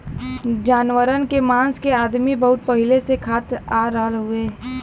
जानवरन के मांस के अदमी बहुत पहिले से खात आ रहल हउवे